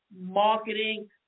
marketing